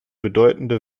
bedeutende